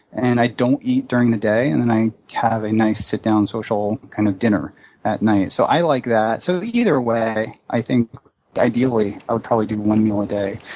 and i don't eat during the day, and then i have a nice sit-down social kind of dinner at night. so i like that. so, either way, i think ideally i would probably do one meal a day.